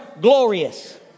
glorious